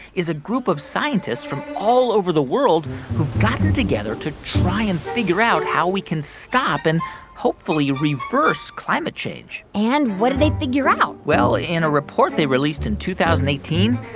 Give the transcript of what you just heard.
is a group of scientists from all over the world who've gotten together to try and figure out how we can stop and hopefully reverse climate change and what did they figure out? well, in a report they released in two thousand and eighteen,